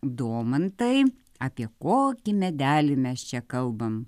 domantai apie kokį medelį mes čia kalbam